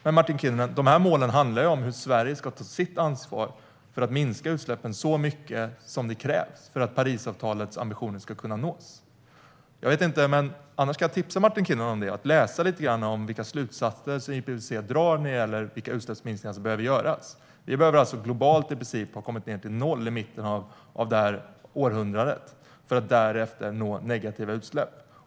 Men, Martin Kinnunen, målen handlar ju om hur Sverige ska ta sitt ansvar för att minska utsläppen så mycket som krävs för att Parisavtalets ambitioner ska kunna nås. Jag kan tipsa Martin Kinnunen att läsa lite grann om vilka slutsatser IPCC drar när det gäller vilka utsläppsminskningar som behöver göras. Vi behöver alltså globalt i princip ha kommit ned till noll i mitten av detta århundrade för att därefter nå negativa utsläpp.